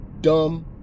dumb